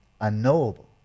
unknowable